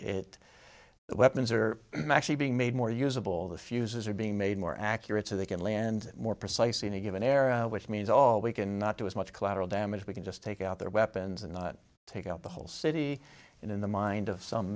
it the weapons are actually being made more usable the fuses are being made more accurate so they can land more precisely in a given area which means all we cannot do as much collateral damage we can just take out their weapons and not take out the whole city in the mind of some